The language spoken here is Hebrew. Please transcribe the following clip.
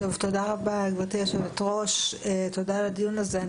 תודה רבה גברתי יושבת הראש על הדיון הזה.